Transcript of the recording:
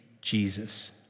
Jesus